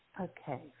Okay